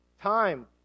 Time